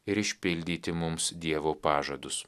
ir išpildyti mums dievo pažadus